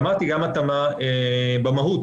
אמרתי גם התאמה במהות,